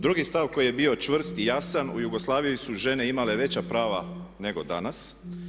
Drugi stav koji je bio čvrst i jasan u Jugoslaviji su žene imale veća prava nego danas.